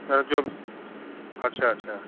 अच्छा जो अच्छा अच्छा